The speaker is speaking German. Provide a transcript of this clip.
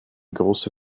große